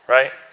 Right